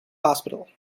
hospital